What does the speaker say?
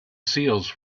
seals